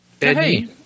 Hey